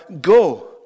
go